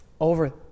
over